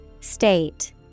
State